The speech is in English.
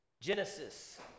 Genesis